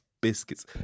biscuits